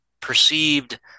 perceived